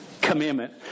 commandment